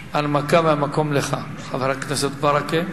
שעות, אני אאפשר הנמקה מהמקום לך, חבר הכנסת ברכה,